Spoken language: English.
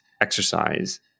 exercise